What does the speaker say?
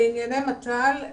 לענייני מת"ל,